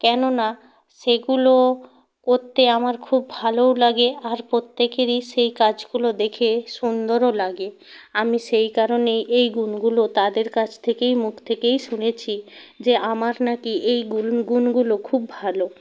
কেননা সেগুলো করতে আমার খুব ভালোও লাগে আর প্রত্যেকেরই সেই কাজগুলো দেখে সুন্দরও লাগে আমি সেই কারণে এই গুণগুলো তাদের কাছ থেকেই মুখ থেকেই শুনেছি যে আমার নাকি এই গুল গুণগুলো খুব ভালো